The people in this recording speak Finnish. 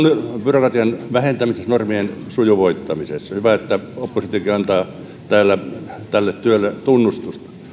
byrokratian vähentäminen normien sujuvoittamisessa hyvä että oppositiokin antaa täällä tälle työlle tunnustusta